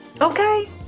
okay